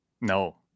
No